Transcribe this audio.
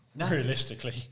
realistically